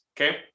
Okay